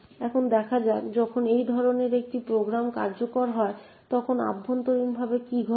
এখন দেখা যাক যখন এই ধরনের একটি প্রোগ্রাম কার্যকর হয় তখন অভ্যন্তরীণভাবে কী ঘটে